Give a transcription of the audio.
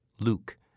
Luke